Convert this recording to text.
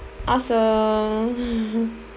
awesome